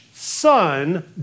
Son